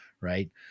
right